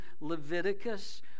Leviticus